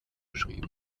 geschrieben